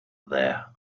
there